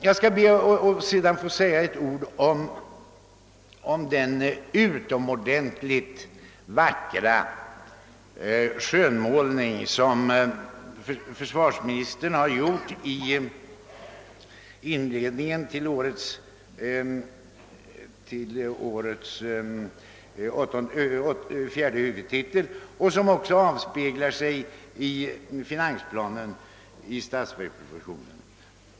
Jag skall sedan be att få säga några ord om den vackra skönmålning som försvarsministern har gjort i inledningen till årets fjärde huvudtitel och som också avspeglar sig i finansplanen i statsverkspropositionen.